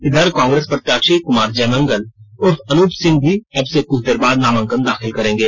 इधर कांग्रेस प्रत्याशी कुमार जयमंगल उर्फ अनूप सिंह भी अब से कुछ देर बाद नामांकन दाखिल करेंगे